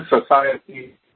society